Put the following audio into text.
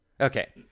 Okay